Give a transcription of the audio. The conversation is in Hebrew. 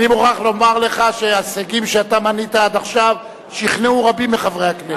אני מוכרח לומר לך שההישגים שאתה מנית עד עכשיו שכנעו רבים מחברי הכנסת.